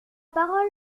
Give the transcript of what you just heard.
parole